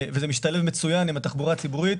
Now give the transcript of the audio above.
וזה משתלב מצוין עם התחבורה הציבורית.